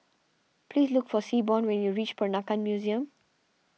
please look for Seaborn when you reach Peranakan Museum